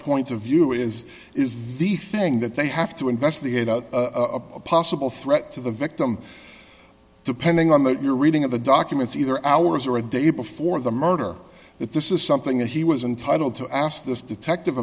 point of view is is the thing that they have to investigate out a possible threat to the victim depending on that your reading of the documents either hours or a day before the murder if this is something that he was entitled to ask this detective